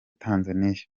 tanzania